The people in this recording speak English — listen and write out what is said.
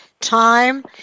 time